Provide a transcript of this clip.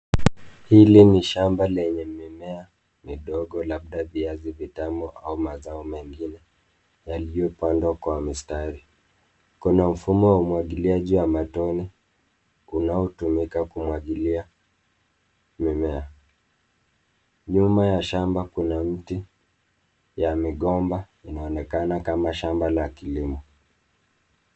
Hili ni shamba lenye mimea midogo, labda viazi vitamu au mazao mengine yaliyopandwa kwa mistari. Kuna mfumo wa umwagiliaji wa matone unaotumika kumwagilia mimea. Nyuma ya shamba kuna mti ya migomba. Inaonekana kama shamba la kilimo.